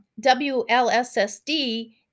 WLSSD